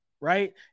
right